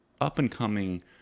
up-and-coming